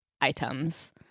items